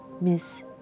Miss